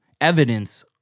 evidence